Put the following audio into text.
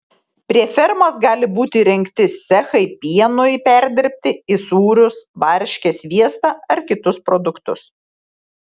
prie fermos gali būti įrengti cechai pienui perdirbti į sūrius varškę sviestą ar kitus produktus